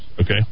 okay